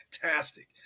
fantastic